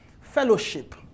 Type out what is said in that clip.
Fellowship